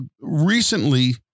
recently